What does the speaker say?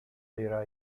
their